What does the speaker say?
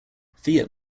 fiat